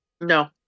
no